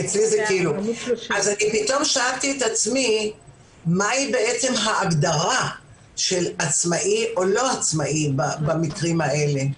שאלתי את עצמי מה ההגדרה של עצמאי או לא עצמאי במקרים האלה,